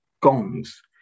gongs